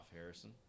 Harrison